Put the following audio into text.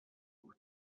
بود